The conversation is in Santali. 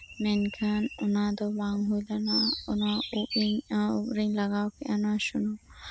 ᱢᱮᱱᱠᱷᱟᱱ ᱚᱱᱟ ᱫᱚ ᱵᱟᱝ ᱞᱟᱜᱟᱜᱼᱟ ᱚᱱᱟ ᱥᱩᱱᱩᱢ ᱤᱧᱟᱜ ᱩᱵ ᱨᱤᱧ ᱞᱟᱜᱟᱣ ᱠᱮᱫᱟ ᱥᱩᱱᱩᱢ